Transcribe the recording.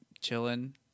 chilling